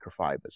microfibers